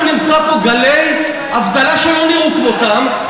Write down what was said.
אנחנו נמצא פה גלי אבטלה שלא נראו כמותם,